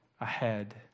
ahead